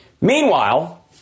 Meanwhile